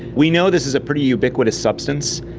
we know this is a pretty ubiquitous substance.